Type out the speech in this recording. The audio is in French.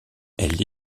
elle